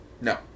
No